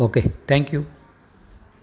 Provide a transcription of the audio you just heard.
okay thank you